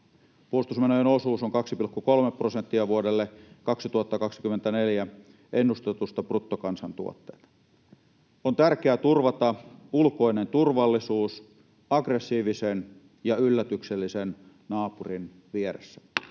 osuus vuodelle 2024 on 2,3 prosenttia ennustetusta bruttokansantuotteesta. On tärkeää turvata ulkoinen turvallisuus aggressiivisen ja yllätyksellisen naapurin vieressä.